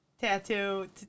tattoo